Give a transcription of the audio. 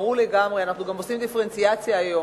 ברור לגמרי, אנחנו גם עושים דיפרנציאציה היום.